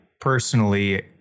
personally